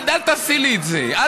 אל תעשי לי את זה.